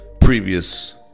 previous